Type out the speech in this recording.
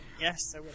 Yes